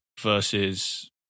versus